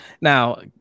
Now